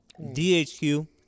DHQ